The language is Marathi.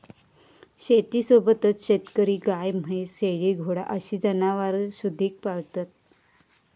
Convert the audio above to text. शेतीसोबतच शेतकरी गाय, म्हैस, शेळी, घोडा अशी जनावरांसुधिक पाळतत